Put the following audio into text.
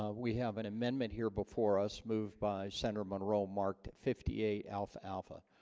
ah we have an amendment here before us moved by senator munro marked fifty eight alpha-alpha